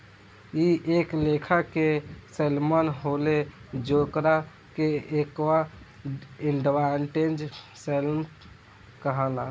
इ एक लेखा के सैल्मन होले जेकरा के एक्वा एडवांटेज सैल्मन कहाला